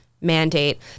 mandate